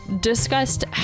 discussed